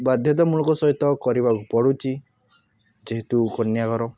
ବାଧ୍ୟତାମୂଳକ ସହିତ କରିବାକୁ ପଡ଼ୁଛି ଯେହେତୁ କନ୍ୟା ଘର